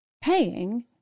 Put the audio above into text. paying